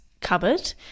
cupboard